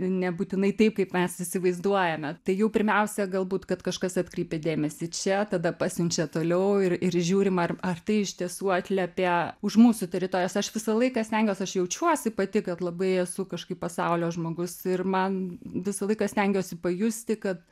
nebūtinai taip kaip mes įsivaizduojame tai jau pirmiausia galbūt kad kažkas atkreipė dėmesį čia tada pasiunčia toliau ir ir žiūrim ar ar tai iš tiesų atliepė už mūsų teritorijos aš visą laiką stengiuos aš jaučiuosi pati kad labai esu kažkaip pasaulio žmogus ir man visą laiką stengiuosi pajusti kad